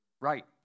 Right